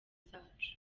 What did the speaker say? zacu